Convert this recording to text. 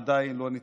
עדיין לא נתפס.